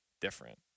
different